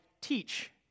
teach